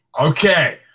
Okay